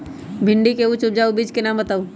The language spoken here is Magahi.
भिंडी के उच्च उपजाऊ बीज के नाम बताऊ?